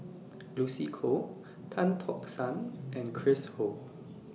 Lucy Koh Tan Tock San and Chris Ho